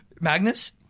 Magnus